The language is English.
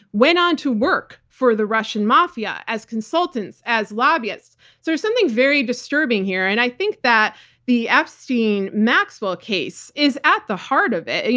went on to work for the russian mafia as consultants, as lobbyists. so there's something very disturbing here and i think that the epstein-maxwell case is at the heart of it. and